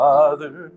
Father